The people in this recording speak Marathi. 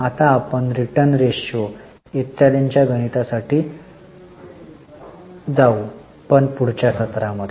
आता आपण रिटर्न रेशो इत्यादींच्या गणितासाठी जाऊ पण पुढच्या सत्रामध्ये